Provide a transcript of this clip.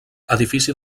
edifici